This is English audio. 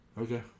Okay